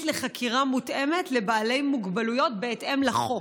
לחקירה מותאמת לבעלי מוגבלויות בהתאם לחוק.